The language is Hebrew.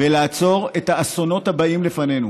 ולעצור את האסונות הבאים לפנינו.